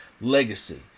legacy